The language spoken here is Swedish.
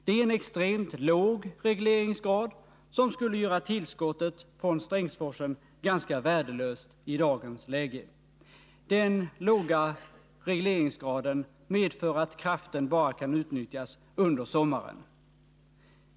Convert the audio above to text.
Det är en extremt låg regleringsgrad, som skulle göra tillskottet från Strängsforsen ganska värdelöst i dagens läge. Den låga regleringsgraden medför att kraften bara kan utnyttjas under sommaren.